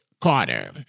Carter